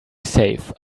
safe